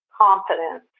confidence